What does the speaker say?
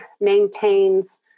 maintains